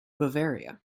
bavaria